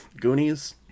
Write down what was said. Goonies